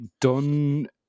done –